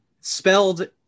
spelled